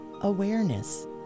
awareness